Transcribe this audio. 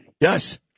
yes